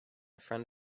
front